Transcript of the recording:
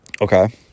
okay